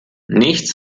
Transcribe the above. nichts